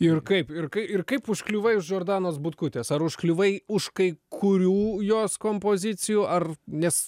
ir kaip ir kaip kaip užkliuvai už džordanos butkutės ar užkliuvai už kai kurių jos kompozicijų ar nes